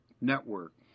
network